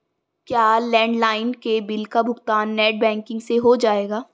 क्या लैंडलाइन के बिल का भुगतान नेट बैंकिंग से हो जाएगा?